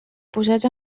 posats